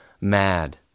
mad